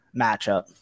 matchup